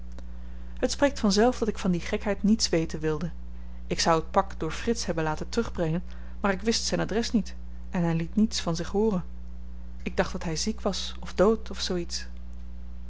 het spreekt vanzelf dat ik van die gekheid niets weten wilde ik zou het pak door frits hebben laten terugbrengen maar ik wist zyn adres niet en hy liet niets van zich hooren ik dacht dat hy ziek was of dood of zoo iets